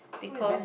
because